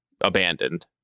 abandoned